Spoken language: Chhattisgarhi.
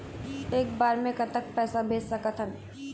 एक बार मे कतक पैसा भेज सकत हन?